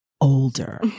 older